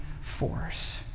force